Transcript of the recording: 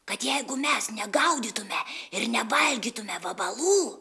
kad jeigu mes negaudytume ir nevalgytume vabalų